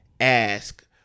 ask